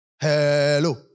Hello